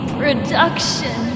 production